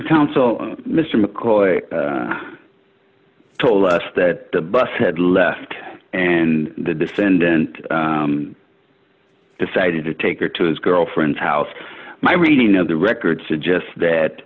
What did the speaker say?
town so mr mccloy told us that the bus had left and the defendant i decided to take her to his girlfriend's house my reading of the record suggests